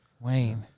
Wayne